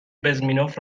بزمینوف